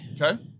Okay